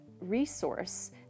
resource